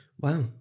Wow